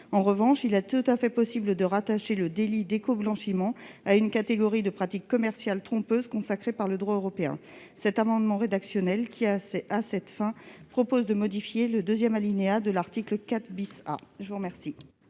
En revanche, il est tout à fait possible de rattacher le délit d'écoblanchiment à une catégorie de pratiques commerciales trompeuses consacrée par le droit européen. Par cet amendement rédactionnel, nous proposons de modifier à cette fin le deuxième alinéa de l'article 4 A. Le sous-amendement